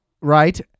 Right